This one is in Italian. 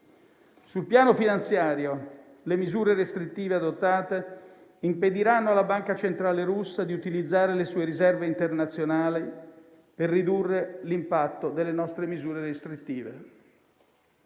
Sul piano finanziario le misure restrittive adottate impediranno alla Banca centrale russa di utilizzare le sue riserve internazionali per ridurre l'impatto delle nostre misure restrittive.